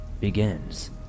begins